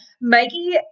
Mikey